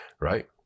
right